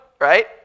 right